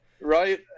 right